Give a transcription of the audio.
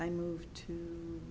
i moved to